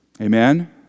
Amen